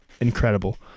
incredible